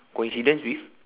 coincidence with